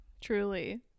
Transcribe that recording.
truly